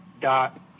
dot